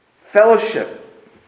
fellowship